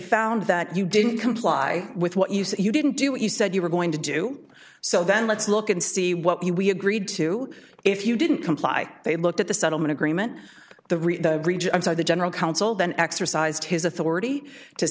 found that you didn't comply with what you say you didn't do what you said you were going to do so then let's look and see what you we agreed to if you didn't comply they looked at the settlement agreement the read the general counsel then exercised his authority to